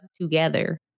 together